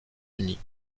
unis